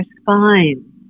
spine